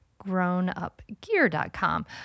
grownupgear.com